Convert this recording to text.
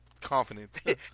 confident